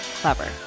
Clever